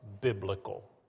biblical